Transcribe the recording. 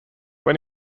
when